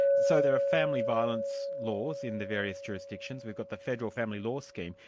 so there are family violence laws in the various jurisdictions. we've got the federal family law scheme.